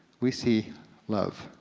we see love.